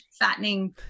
fattening